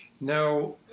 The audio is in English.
Now